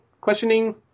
questioning